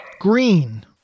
Green